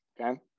okay